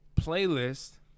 playlist